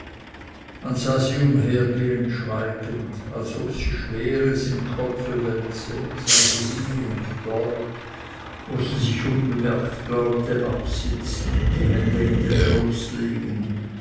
man sah sie umhergehen schweigend als ob sie schweres im kopfe wälze sah sie hier und dort wo sie sich unbemerkt glaubte absitzen die hände in den schoß legen